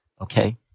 Okay